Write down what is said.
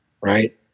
right